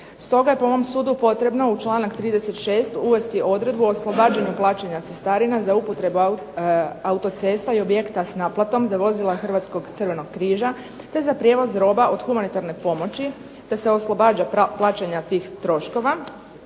Stoga je po mom sudu potrebno u čl. 36. uvesti odredbu o oslobađanju plaćanja cestarina za upotrebu autocesta i objekta s naplatom za vozila Hrvatskog Crvenog križa te za prijevoz roba od humanitarne pomoći te se oslobađa plaćanja tih troškova